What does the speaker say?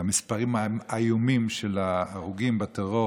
והמספרים האיומים של ההרוגים בטרור